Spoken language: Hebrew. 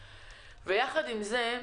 יחד עם זאת,